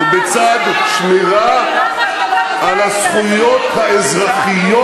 בצד שמירה על הזכויות האזרחיות,